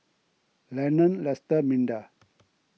Lenon Lesta Minda